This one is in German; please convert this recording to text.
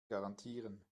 garantieren